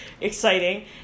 exciting